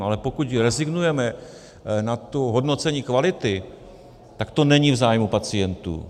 Ale pokud rezignujeme na to hodnocení kvality, tak to není v zájmu pacientů.